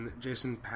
Jason